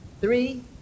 three